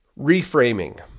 Reframing